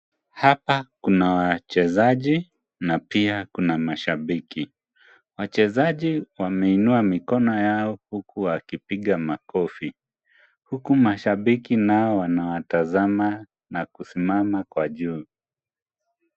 Hapa kuna wachezaji na pia kuna mashabiki, wachezaji wameinua mikono yao huku wakipiga makofi, huku mashabiki nao wanawatazama na kusimama kwa juu.